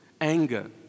anger